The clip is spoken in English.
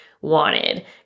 wanted